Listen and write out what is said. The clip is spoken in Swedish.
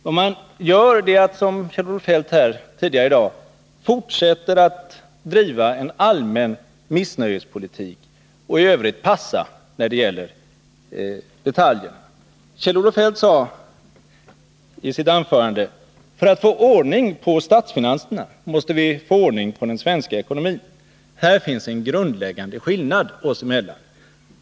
Som Kjell-Olof Feldt har gjort här tidigare i dag fortsätter socialdemokraterna att driva en allmän missnöjespolitik, men i övrigt ”passar” de när det gäller detaljerna. Kjell-Olof Feldt sade i sitt anförande: För att få ordning på statsfinanserna måste vi få ordning på den svenska ekonomin. Här finns en grundläggande skillnad oss emellan.